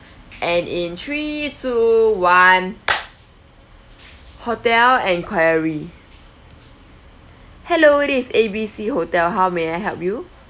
and in three two one hotel inquiry hello it is A B C hotel how may I help you